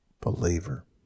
believer